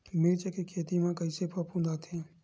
मिर्च के खेती म कइसे फफूंद आथे?